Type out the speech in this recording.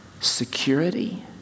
security